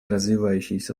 развивающиеся